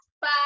Bye